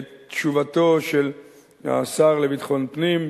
את תשובתו של השר לביטחון פנים,